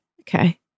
Okay